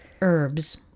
herbs